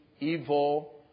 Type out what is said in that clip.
evil